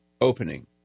opening